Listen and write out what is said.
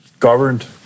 governed